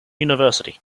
university